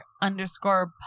Underscore